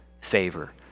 favor